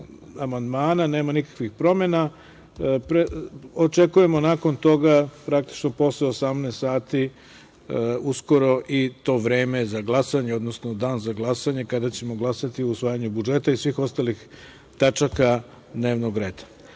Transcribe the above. nema nikakvih promena, očekujemo nakon toga, posle 18.00 sati, i to vreme za glasanje, odnosno dan za glasanje, kada ćemo glasati o usvajanju budžeta i svih ostalih tačaka dnevnog